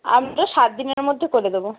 আমরা সাত দিনের মধ্যে করে দেবো